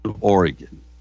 oregon